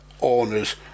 owners